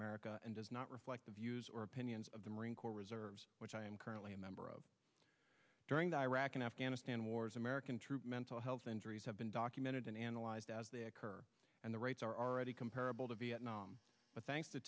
america and does not reflect the views or opinions of the marine corps reserve which i am currently a member of during the iraq and afghanistan wars american troops mental health injuries have been documented and analyzed as they occur and the rates are already comparable to vietnam but thanks to